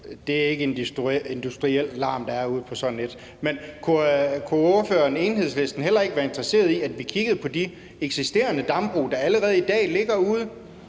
det er ikke en industriel larm, der er ude på sådan et dambrug. Men kunne ordføreren og Enhedslisten heller ikke være interesserede i, at vi kiggede på de eksisterende dambrug, der allerede i dag ligger ude